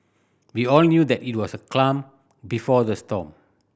we all knew that it was the calm before the storm